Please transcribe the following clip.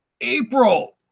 April